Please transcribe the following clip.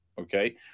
Okay